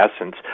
essence